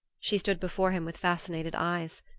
she stood before him with fascinated eyes.